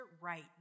right